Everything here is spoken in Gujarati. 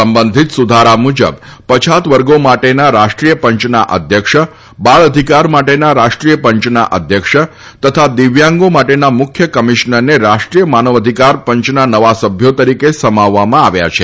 સંબંધિત સુધારા મુજબ પછાત વર્ગો માટેના રાષ્ટ્રીય પંચના અધ્યક્ષ બાળ અધિકાર માટેના રાષ્ટ્રીય પંચના અધ્યક્ષ તથા દિવ્યાંગો માટેના મુખ્ય કમિશ્નરને રાષ્ટ્રીય માનવ અધિકાર પંચના નવા સભ્યો તરીકે સમાવવામાં આવ્યા છે